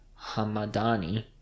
Hamadani